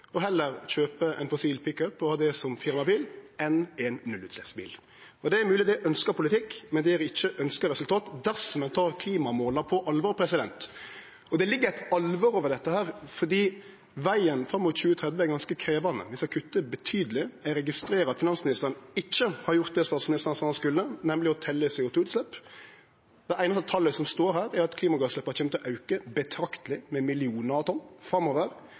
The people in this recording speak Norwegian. kjøpe ein fossildriven pickup og ha det som firmabil framfor ein nullutsleppsbil. Det er mogleg at det er ønskt politikk, men det gjev ikkje ønskt resultat dersom ein tek klimamåla på alvor. Det ligg eit alvor over dette, for vegen fram mot 2030 er ganske krevjande. Vi skal kutte betydeleg. Eg registrerer at finansministeren ikkje har gjort det statsministeren sa han skulle, nemleg å telje CO 2 -utslepp. Det einaste talet som står her, handlar om at klimagassutsleppa kjem til å auke betrakteleg – med millionar av tonn – framover.